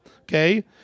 okay